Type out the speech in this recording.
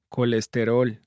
Colesterol